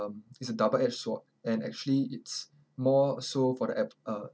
um it's a double edged sword and actually it's more so for the app uh